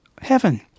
heaven